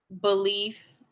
belief